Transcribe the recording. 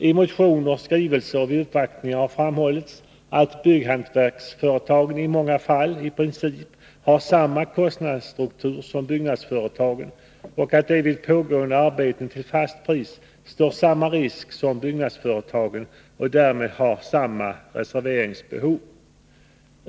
I motioner, skrivelser och vid uppvaktningar har framhållits att bygghantverksföretagen i många fall i princip har samma kostnadsstruktur som byggnadsföretagen och att de vid pågående arbeten till fast pris står samma risk som byggnadsföretagen och därmed har samma reserveringsbehov.